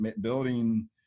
building